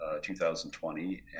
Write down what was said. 2020